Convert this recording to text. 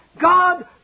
God